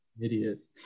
Idiot